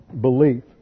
belief